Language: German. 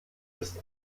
ist